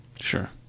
Sure